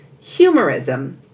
humorism